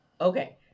Okay